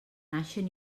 naixen